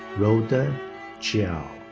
rhoda jiao.